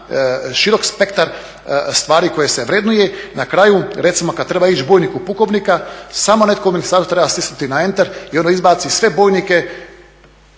širok spektar stvari koje se vrednuju. Na kraju recimo kad treba ići bojniku pukovnika samo neko u ministarstvu treba stisnuti na enter i ono izbaci sve bojnike